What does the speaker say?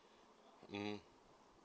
mm